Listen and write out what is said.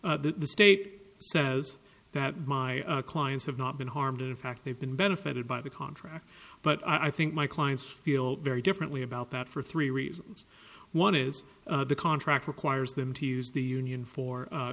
that the state says that my clients have not been harmed in fact they've been benefited by the contract but i think my clients feel very differently about that for three reasons one is the contract requires them to use the union for